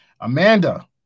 Amanda